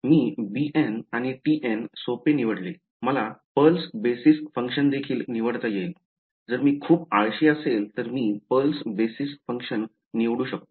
मी bn आणि tn सोपे निवडेल मला पूल्स बेसिस फंक्शन देखील निवडता येईल जर मी खूप आळशी असेल तर मी पल्स बेसिस फंक्शन निवडू शकतो